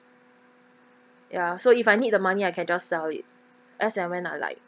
ya so if I need the money I can just sell it as and when I like